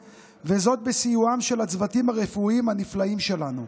בסיועם של הצוותים הרפואיים הנפלאים שלנו.